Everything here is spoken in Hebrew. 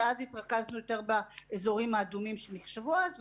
שאז התרכזנו יותר באזור אדומים שנחשבו אז.